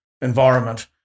environment